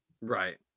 Right